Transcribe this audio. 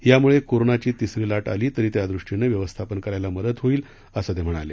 यामुळे कोरोनाची तीसरी लाट आली तरी त्यादृष्टीनं व्यवस्थापन करायला मदत होईल असं ते म्हणाले